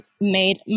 made